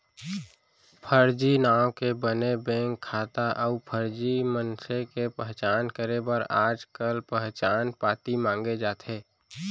फरजी नांव के बने बेंक खाता अउ फरजी मनसे के पहचान करे बर आजकाल पहचान पाती मांगे जाथे